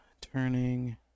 turning